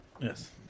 Yes